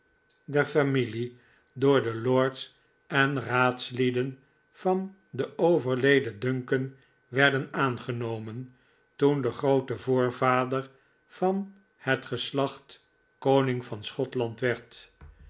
der familie door de lords en raadslieden van den overleden duncan werden aangenomen toen de groote voorvader van het geslacht koning van schotland werd